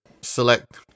select